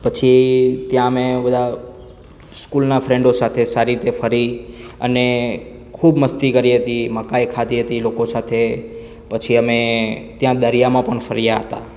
પછી ત્યાં મેં બધા સ્કુલના બધા ફ્રેન્ડો સાથે ફરીને અને ખૂબ મસ્તી કરી હતી મકાઈ ખાધી હતી લોકો સાથે પછી અમે ત્યાં દરિયામાં પણ ફર્યા હતા